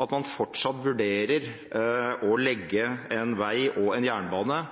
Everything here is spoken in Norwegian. at man fortsatt vurderer å legge en vei og en jernbane